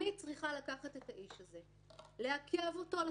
אני צריכה לקחת את האיש הזה, לעכב אותו לחקירה,